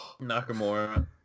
Nakamura